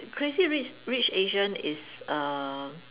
Crazy-Rich-Rich-Asians is err